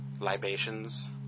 libations